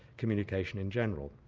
communication in general.